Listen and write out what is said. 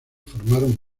formaron